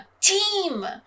Team